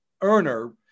earner